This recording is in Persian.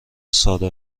صادر